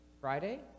Friday